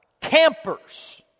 campers